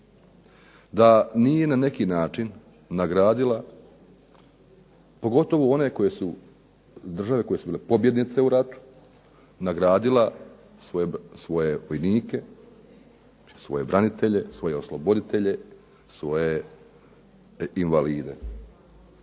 da nije na neki način nagradila pogotovo one države koje su bile pobjednice u ratu, nagradila svoje vojnike i svoje branitelje, svoje osloboditelje, svoje invalide.